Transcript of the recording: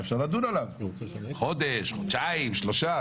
אפשר לדון עליו חודש, חודשיים, שלושה.